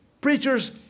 preachers